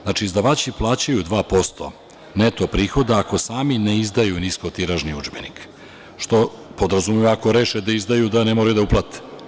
Znači, izdavači plaćaju 2% neto prihoda ako sami ne izdaju niskotiražni udžbenik, što podrazumeva da ako reše da izdaju, da ne moraju da uplate.